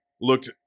looked